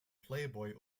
playboy